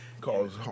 cause